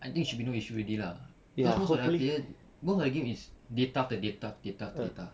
I think should be no issue already lah cause most of the player both of the game is data to data data to data